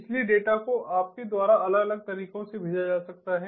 इसलिए डेटा को आपके द्वारा अलग अलग तरीकों से भेजा जा सकता है